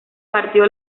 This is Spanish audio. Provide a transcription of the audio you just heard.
partió